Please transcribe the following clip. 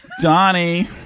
Donnie